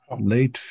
late